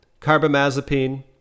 carbamazepine